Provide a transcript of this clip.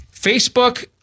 Facebook